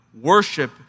Worship